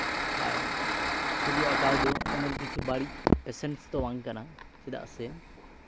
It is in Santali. ᱟᱨ ᱪᱷᱚᱵᱤ ᱟᱸᱠᱟᱣ ᱫᱚ ᱮᱢᱚᱱ ᱠᱤᱪᱷᱩ ᱵᱟᱹᱲᱤᱡ ᱯᱮᱥᱮᱱᱴᱥ ᱫᱚ ᱵᱟᱝ ᱠᱟᱱᱟ ᱪᱮᱫᱟᱜ ᱥᱮ